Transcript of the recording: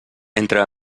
entre